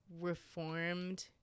reformed